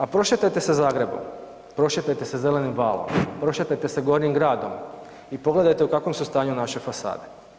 A prošetajte se Zagrebom, prošetajte se zelenim valom, prošetajte se Gornjim gradom i pogledajte u kakvom su stanju naše fasade.